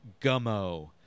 Gummo